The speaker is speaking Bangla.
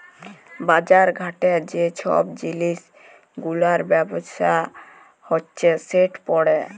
বাজার ঘাটে যে ছব জিলিস গুলার ব্যবসা হছে সেট পড়ে